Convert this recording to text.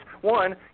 one